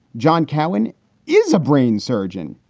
john cowan is a brain surgeon.